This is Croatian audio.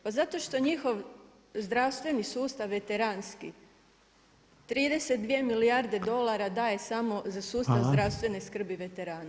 Pa zato što njihov zdravstveni sustav veteranski 32 milijarde dolara daje samo za sustav zdravstvene skrbi veterana.